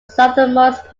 southernmost